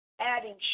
adding